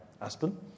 Aspen